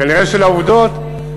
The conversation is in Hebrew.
מדיניות ברורה שקיימת,